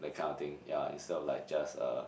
that kind of thing yeah instead of like just a